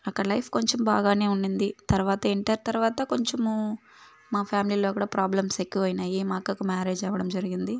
అక్కడ లైఫ్ కొంచెం బాగానే ఉండింది తర్వాత ఇంటర్ తర్వాత కొంచము మా ఫ్యామిలీలో కూడా ప్రాబ్లమ్స్ ఎక్కువైనాయి మా అక్కకు మ్యారేజ్ అవ్వడం జరిగింది